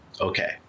Okay